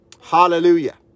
Hallelujah